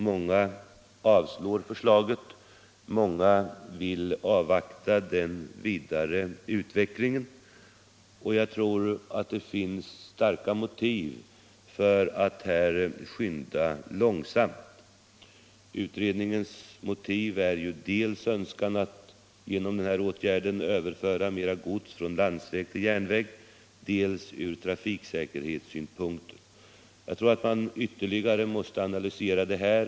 Många har avstyrkt förslaget och vill avvakta den vidare utvecklingen. Jag tror också att det finns starka motiv för att här skynda långsamt. Utredningens motiv är dels en önskan att genom denna åtgärd överföra mer gods från landsväg till järnväg, dels en önskan att slå vakt om trafiksäkerhten. Jag tror att detta måste ytterligare analyseras.